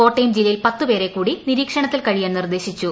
കോട്ടയം ജില്ലയിൽ പത്ത് പേരെ കൂടി നിരീക്ഷണത്തിൽ കഴിയാൻ നിർദേശിച്ചു